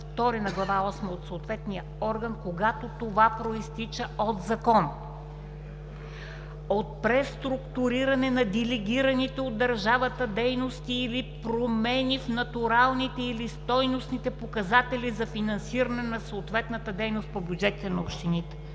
II на Глава осма от съответния орган, когато това произтича от закон, от преструктуриране на делегираните от държавата дейности или промени в натуралните или стойностните показатели за финансиране на съответната дейност по бюджетите на общините.